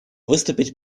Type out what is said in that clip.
выступить